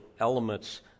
elements